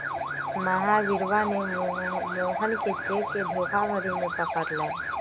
महावीरवा ने मोहन के चेक के धोखाधड़ी में पकड़ लय